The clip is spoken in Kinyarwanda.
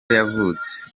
yavutse